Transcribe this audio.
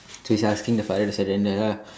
so he's asking the father to surrender lah